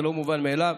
זה לא מובן מאליו,